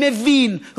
מבין,